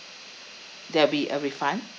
there'll be a refund